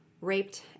raped